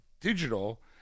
digital